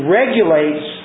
regulates